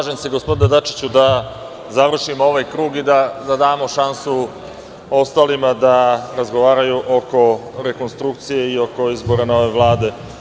Slažem se gospodine Dačiću da završimo ovaj krug i da damo šansu ostalima da razgovaraju oko rekonstrukcije i oko izbora nove Vlade.